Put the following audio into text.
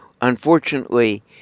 Unfortunately